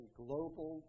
global